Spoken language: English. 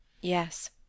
Yes